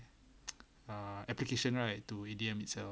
ah application right to A_D_M itself